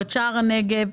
או שער הנגב,